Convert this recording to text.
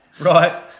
right